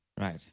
Right